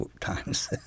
times